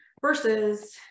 versus